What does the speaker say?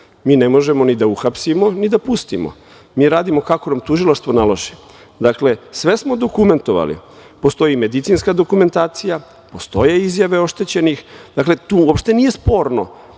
Mi ne možemo ni da uhapsimo, ni da pustimo. Mi radimo kako nam tužilaštvo nalaže. Dakle, sve smo dokumentovali, postoji i medicinska dokumentacija, postoje izjave oštećenih. Dakle, tu uopšte nije sporno